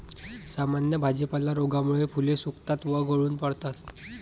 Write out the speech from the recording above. सामान्य भाजीपाला रोगामुळे फुले सुकतात व गळून पडतात